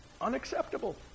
unacceptable